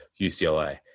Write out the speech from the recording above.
UCLA